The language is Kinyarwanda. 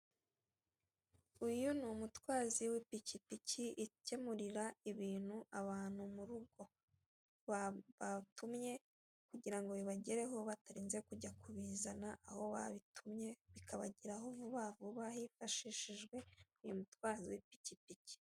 Uyu ni umutwazi w'ipikipiki igemurira ibintu abantu mu rugo, batumye kugira ngo bibagereyo bitarinze kujya kubizana aho babitumye bikabageraho vuba vuba hifashishijwe umutwazi w'ipikipiki.